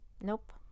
Nope